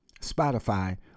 Spotify